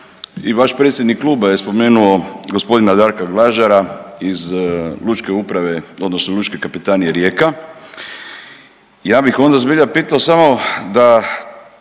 I vaš predsjednik kluba je spomenuo gospodina Darka Glažara iz Lučke uprave odnosno Lučke kapetanije Rijeka. Ja bih onda zbilja pitao samo da